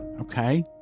Okay